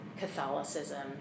Catholicism